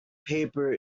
paper